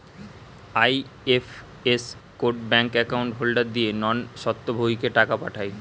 IFS code bank account holder দিয়ে non স্বত্বভোগীকে টাকা পাঠায়